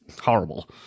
horrible